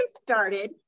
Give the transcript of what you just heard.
started